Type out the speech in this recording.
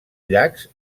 llacs